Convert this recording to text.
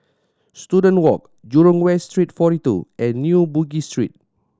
Student Walk Jurong West Street Forty Two and New Bugis Street